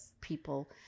people